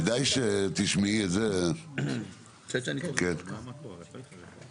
כדאי שתשמעי את זה, נציגת חברת נת"ע.